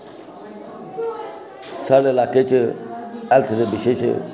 साढ़े लाकै च हैल्थ दे विशे च